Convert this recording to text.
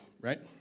right